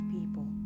people